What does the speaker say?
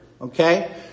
Okay